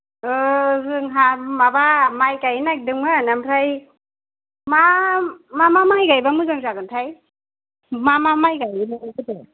औ जोंहा माबा माइ गायनो नागिरदोंमोन आमफ्राय मा मा मा माइ गायबा मोजां जागोनथाय मा मा माइ गायोमोन गोदो